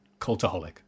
cultaholic